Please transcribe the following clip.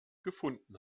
gefunden